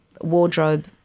wardrobe